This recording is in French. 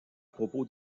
propos